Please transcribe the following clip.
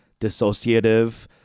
dissociative